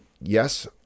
yes